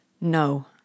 No